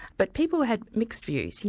but people had mixed views. you